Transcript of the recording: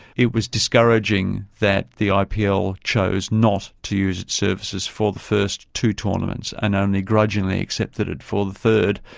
it was discouraging that the ah ipl chose not to use its services for the first two tournaments, and only grudgingly accepted it for the third,